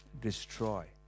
destroy